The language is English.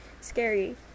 scary